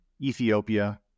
Ethiopia